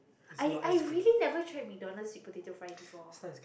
I I really never try McDonald's sweet potato fries before